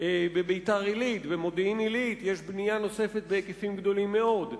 בביתר-עילית ובמודיעין-עילית יש בנייה נוספת בהיקפים גדולים מאוד,